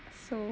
so